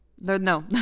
No